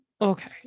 Okay